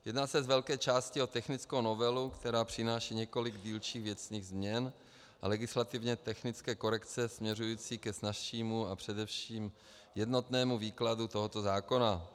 Jedná se z velké části o technickou novelu, která přináší několik dílčích věcných změn a legislativně technické korekce směřující ke snazšímu a především jednotnému výkladu tohoto zákona.